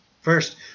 First